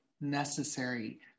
necessary